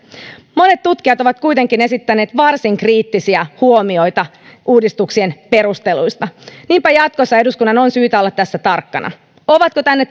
monet tutkijat ovat kuitenkin esittäneet varsin kriittisiä huomioita uudistuksien perusteluista niinpä jatkossa eduskunnan on syytä olla tässä tarkkana ovatko tänne